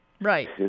Right